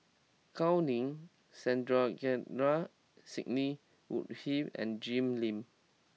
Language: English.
Gao Ning Sandrasegaran Sidney Woodhull and Jim Lim